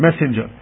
messenger